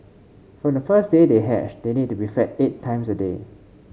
from the first day they hatch they need to be fed eight times a day